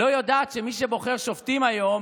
לא יודעת שמי שבוחר שופטים היום